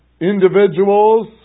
individuals